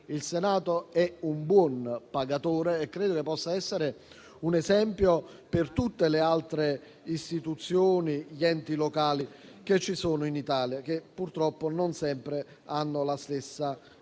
il Senato è un buon pagatore e credo che possa essere un esempio per tutte le altre Istituzioni e gli enti locali che ci sono in Italia, che purtroppo non sempre hanno la stessa capacità